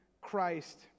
Christ